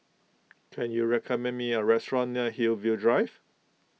can you recommend me a restaurant near Hillview Drive